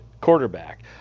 quarterback